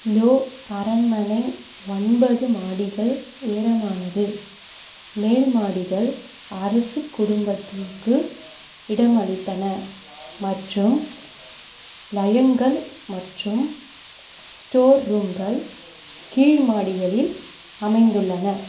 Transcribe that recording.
low அரண்மனை ஒன்பது மாடிகள் உயரமானது மேல் மாடிகள் அரசு குடும்பத்திற்கு இடமளித்தன மற்றும் லயங்கள் மற்றும் ஸ்டோர் ரூம்கள் கீழ் மாடிகளில் அமைந்துள்ளன